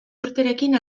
urterekin